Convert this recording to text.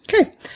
Okay